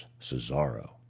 Cesaro